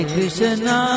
Krishna